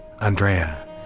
Andrea